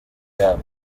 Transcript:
yabo